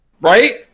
right